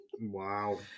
Wow